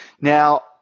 Now